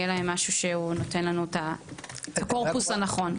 יהיה להם משהו שנותן לנו את הקורפוס הנכון.